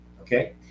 okay